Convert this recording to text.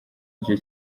ryo